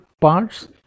parts